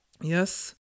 yes